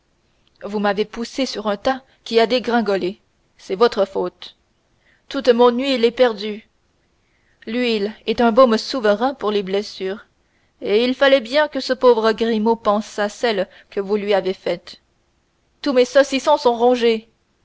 vous m'avez poussé sur un tas qui a dégringolé c'est votre faute toute mon huile est perdue l'huile est un baume souverain pour les blessures et il fallait bien que ce pauvre grimaud pansât celles que vous lui avez faites tous mes saucissons rongés